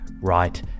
right